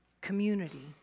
community